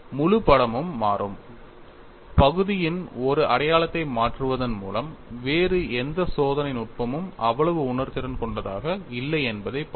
முழு படமும் மாறும் பகுதியின் ஒரு அடையாளத்தை மாற்றுவதன் மூலம் வேறு எந்த சோதனை நுட்பமும் அவ்வளவு உணர்திறன் கொண்டதாக இல்லை என்பதைப் பாருங்கள்